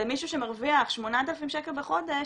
למישהו שמרוויח 8,000 שקל בחודש,